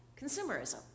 Consumerism